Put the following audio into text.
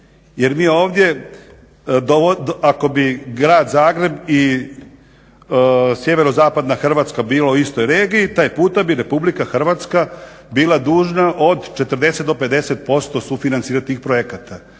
jer mi ovdje ako bi Grad Zagreb i sjeverozapadna Hrvatska bila u istoj regiji taj puta bi RH bila dužna od 40 do 50% sufinancirati tih projekata.